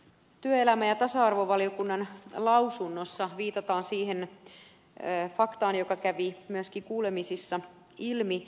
työelämä ja tasa arvovaliokunnan lausunnossa viitataan siihen faktaan joka kävi myöskin kuulemisissa ilmi